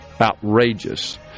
outrageous